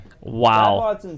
wow